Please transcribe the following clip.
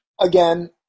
again